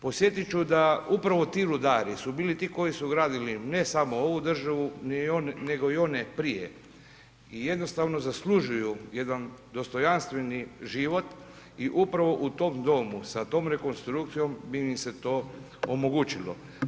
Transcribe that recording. Podsjetit ću da upravo ti rudari su bili ti koji gradili ne samo ovu državu, nego i one prije i jednostavno zaslužuju jedan dostojanstveni život i upravo u tom domu sa tom rekonstrukcijom bi im se to omogućilo.